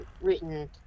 written